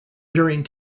during